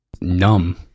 Numb